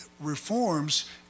reforms